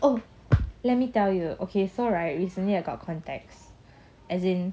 oh let me tell you okay so right recently I got contacts as in